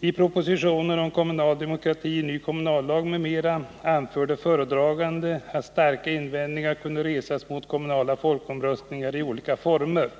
I propositionen om kommunal demokrati, ny kommunallag m.m. anförde föredraganden att starka invändningar kunde resas mot kommunala folkomröstningar i olika former .